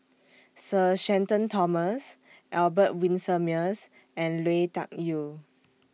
Sir Shenton Thomas Albert Winsemius and Lui Tuck Yew